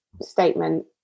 statement